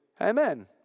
Amen